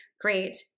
great